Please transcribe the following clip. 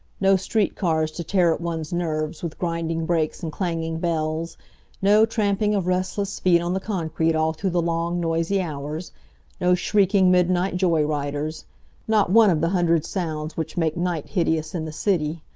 no street cars to tear at one's nerves with grinding brakes and clanging bells no tramping of restless feet on the concrete all through the long, noisy hours no shrieking midnight joy-riders not one of the hundred sounds which make night hideous in the city.